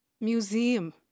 museum